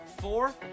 four